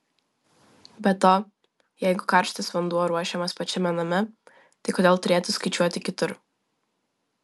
be to jeigu karštas vanduo ruošiamas pačiame name tai kodėl turėtų skaičiuoti kitur